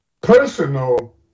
personal